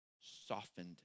softened